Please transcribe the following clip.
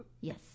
Yes